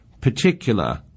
particular